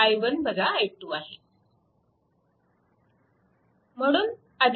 2 म्हणून